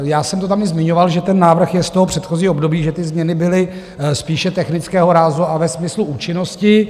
Já jsem to tam i zmiňoval, že ten návrh je z předchozího období, že změny byly spíše technického rázu a ve smyslu účinnosti.